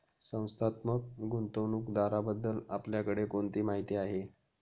संस्थात्मक गुंतवणूकदाराबद्दल आपल्याकडे कोणती माहिती आहे?